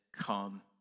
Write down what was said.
come